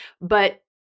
But-